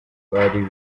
bari